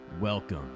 Welcome